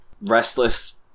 Restless